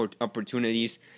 opportunities